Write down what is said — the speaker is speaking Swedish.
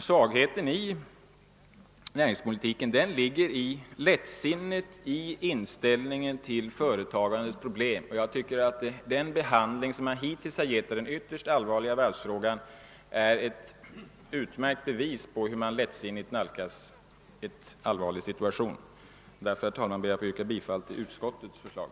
Svagheten i näringspolitiken ligger i lättsinnet i inställningen till företagan 5+ — Andra kammarens protokoll 1970 dets problem. Jag tycker att den behandling som man hittills har givit den ytterst allvarliga varvsfrågan är ett utmärkt bevis för hur lättsinnigt man nalkas en allvarlig situation. Därför, herr talman, yrkar jag bifall till utskottets förslag.